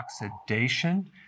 oxidation